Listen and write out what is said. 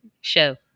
Show